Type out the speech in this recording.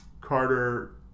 Carter